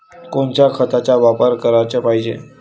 कोनच्या खताचा वापर कराच पायजे?